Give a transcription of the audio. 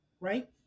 right